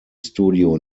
studio